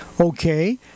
Okay